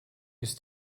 ist